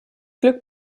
glück